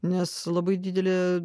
nes labai didelė